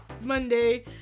Monday